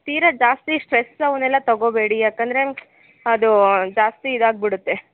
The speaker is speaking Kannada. ತೀರಾ ಜಾಸ್ತಿ ಸ್ಟ್ರೆಸ್ ಅವನ್ನೆಲ್ಲ ತಗೋಬೇಡಿ ಯಾಕೆಂದರೆ ಅದು ಜಾಸ್ತಿ ಇದಾಗಿಬಿಡುತ್ತೆ